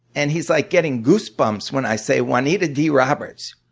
and he's like getting goose bumps when i say juanita d. roberts.